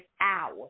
hour